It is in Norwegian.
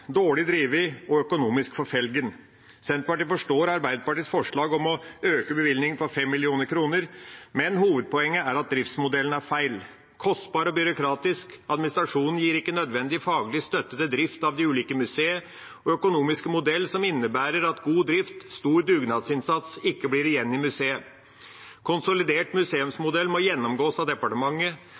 dårlig drevet og økonomisk på felgen. Senterpartiet forstår Arbeiderpartiets forslag om å øke bevilgningen med 5 mill. kr, men hovedpoenget er at driftsmodellen er feil. Kostbar og byråkratisk administrasjon gir ikke nødvendig faglig støtte til drift av de ulike museene, og den økonomiske modellen innebærer at god drift og stor dugnadsinnsats ikke blir igjen i museet. Konsolidert museumsmodell må gjennomgås av departementet.